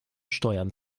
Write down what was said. steuern